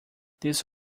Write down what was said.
this